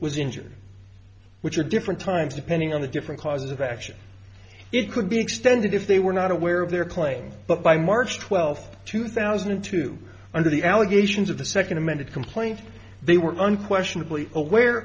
was injured which are different times depending on the different cause of action it could be extended if they were not aware of their claim but by march twelfth two thousand and two under the allegations of the second amended complaint they were unquestionably aware